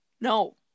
no